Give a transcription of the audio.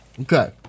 Okay